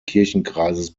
kirchenkreises